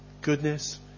goodness